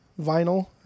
vinyl